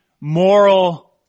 moral